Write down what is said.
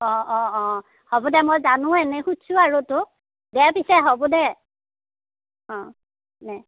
অ অ অ হ'ব দে মই জানো এনেই সুধিছোঁ আৰু তোক দে পিছে হ'ব দে অ দে